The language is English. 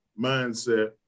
mindset